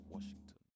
Washington